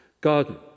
garden